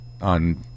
on